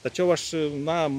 tačiau aš na